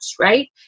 right